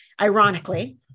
ironically